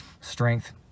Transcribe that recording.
strength